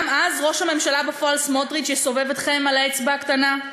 גם אז ראש הממשלה בפועל סמוטריץ יסובב אתכם על האצבע הקטנה?